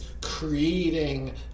creating